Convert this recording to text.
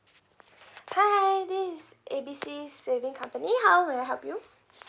hi this is A B C saving company how may I help you